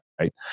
right